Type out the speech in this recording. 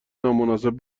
نامناسب